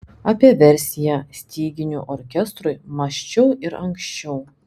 apie versiją styginių orkestrui mąsčiau ir anksčiau